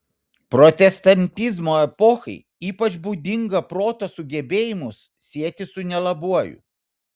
protestantizmo epochai ypač būdinga proto sugebėjimus sieti su nelabuoju